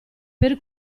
per